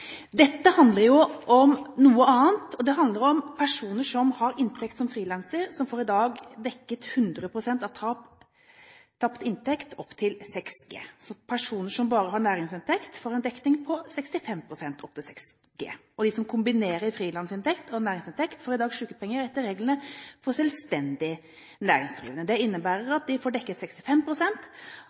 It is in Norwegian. Dette handler om noe annet, det handler om personer som har inntekt som frilanser, som i dag får dekket 100 pst. av tapt inntekt opp til 6 G – personer som bare har næringsinntekt, får en dekning på 65 pst. opp til 6 G. De som kombinerer frilansinntekt og næringsinntekt, får i dag sykepenger etter reglene for selvstendig næringsdrivende. Det innebærer at de får dekket